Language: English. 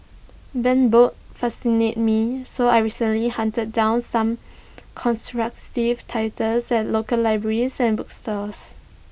banned books fascinate me so I recently hunted down some ostracised titles at local libraries and bookstores